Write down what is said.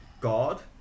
God